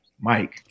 Mike